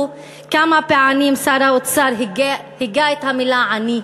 כמה פעמים שר האוצר הגה את המילה "עני",